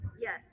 yes